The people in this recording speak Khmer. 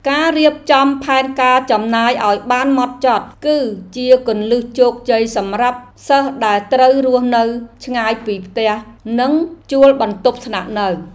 ការរៀបចំផែនការចំណាយឱ្យបានហ្មត់ចត់ គឺជាគន្លឹះជោគជ័យសម្រាប់សិស្សដែលត្រូវរស់នៅឆ្ងាយពីផ្ទះនិងជួលបន្ទប់ស្នាក់នៅ។